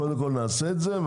קודם כול נעשה את זה.